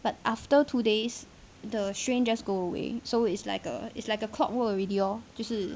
but after two days the strain just go away so it's like a it's like a clockwork already lor 就是